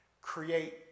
create